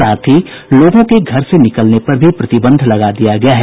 साथ ही लोगों के घर से निकलने पर भी प्रतिबंध लगा दिया गया है